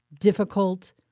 difficult